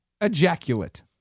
Ejaculate